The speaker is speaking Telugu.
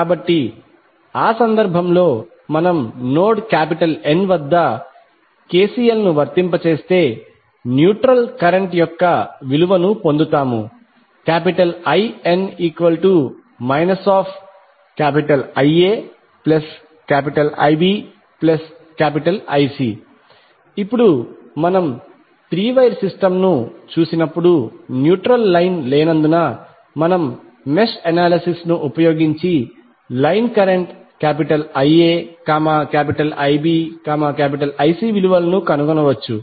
కాబట్టి ఆ సందర్భంలో మనం నోడ్ N వద్ద KCL ను వర్తింపజేస్తే న్యూట్రల్ కరెంట్ యొక్క విలువను పొందుతాము In IaIbIc ఇప్పుడు మనం త్రీ వైర్ సిస్టమ్ ను చూసినప్పుడు న్యూట్రల్ లైన్ లేనందున మనం మెష్ అనాలిసిస్ ను ఉపయోగించిలైన్ కరెంట్ IaIbIcవిలువలను కనుగొనవచ్చు